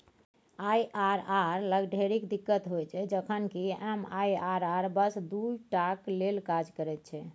IRR लग ढेरिक दिक्कत होइत छै जखन कि एम.आई.आर.आर बस दुइ टाक लेल काज करैत छै